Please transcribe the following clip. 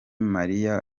mariya